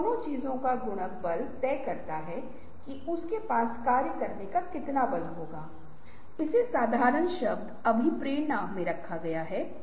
जब हम सभी ने बताया है लेकिन मूल बात यह विचार सफलता की मुद्रा है